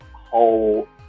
whole